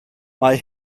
mae